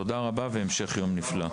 תודה רבה והמשך יום נפלא.